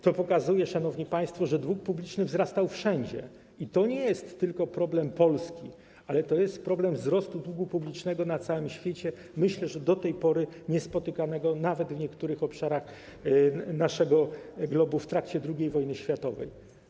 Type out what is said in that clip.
To pokazuje, szanowni państwo, że dług publiczny wzrastał wszędzie i to nie jest tylko problem Polski, ale to jest problem wzrostu długu publicznego na całym świecie, myślę, że do tej pory niespotykanego w niektórych obszarach naszego globu nawet w trakcie II wojny światowej.